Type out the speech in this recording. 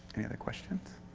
any other questions?